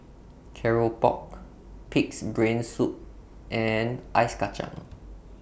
Keropok Pig'S Brain Soup and Ice Kacang